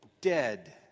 dead